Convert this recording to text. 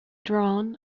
drawn